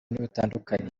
bitandukanye